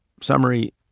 summary